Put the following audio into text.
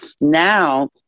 Now